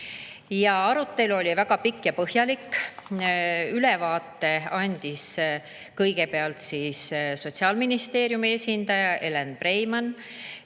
Arutelu oli väga pikk ja põhjalik. Ülevaate andis kõigepealt Sotsiaalministeeriumi esindaja Elen Preimann,